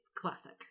Classic